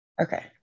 okay